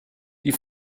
die